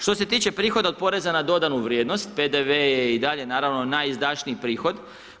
Što se tiče prihoda od Poreza na dodanu vrijednost, PDV je i dalje naravno, najizdašniji prihod.